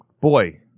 Boy